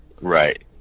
Right